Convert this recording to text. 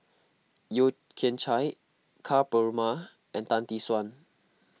Yeo Kian Chye Ka Perumal and Tan Tee Suan